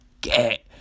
get